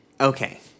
Okay